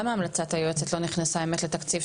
למה המלצת היועצת לא נכנסה לתקציב,